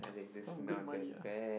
some good money ah